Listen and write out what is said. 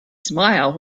smile